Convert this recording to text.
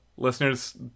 Listeners